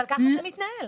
אבל ככה זה מתנהל.